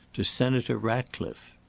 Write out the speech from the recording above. to senator ratcliffe.